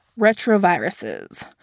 Retroviruses